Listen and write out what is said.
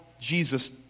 Jesus